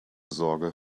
sorge